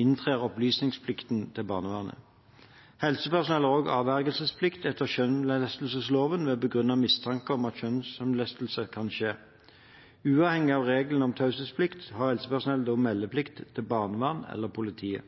inntrer opplysningsplikten til barnevernet. Helsepersonell har også avvergelsesplikt etter kjønnslemlestelsesloven ved begrunnet mistanke om at kjønnslemlestelse kan skje. Uavhengig av reglene om taushetsplikt har helsepersonell da meldeplikt til barnevernet eller politiet.